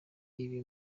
ibi